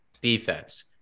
defense